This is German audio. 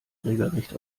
regelrecht